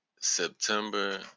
September